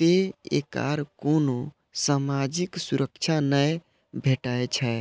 तें एकरा कोनो सामाजिक सुरक्षा नै भेटै छै